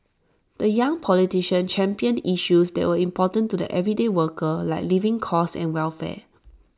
the young politician championed issues that were important to the everyday worker like living costs and welfare